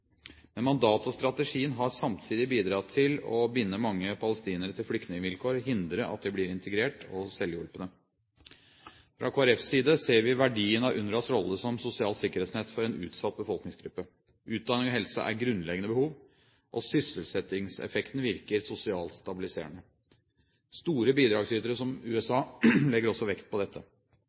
Men mandatet og strategien har samtidig bidratt til å binde mange palestinere til flyktningvilkår og hindre at de blir integrert og selvhjulpne. Fra Kristelig Folkepartis side ser vi verdien av UNRWAs rolle som sosialt sikkerhetsnett for en utsatt befolkningsgruppe. Utdanning og helse er grunnleggende behov, og sysselsettingseffekten virker sosialt stabiliserende. Store bidragsytere som USA legger også vekt på dette.